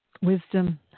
Wisdom